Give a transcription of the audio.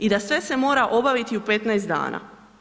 I da sve se mora obaviti u 15 dana.